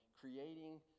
creating